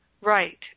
right